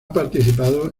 participado